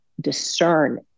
discern